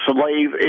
slave